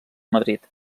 madrid